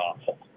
awful